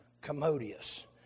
commodious